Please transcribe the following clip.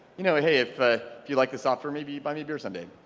you know hey if you like this software maybe buy me a beer someday.